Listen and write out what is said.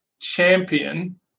champion